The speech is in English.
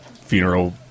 funeral